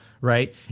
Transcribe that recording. right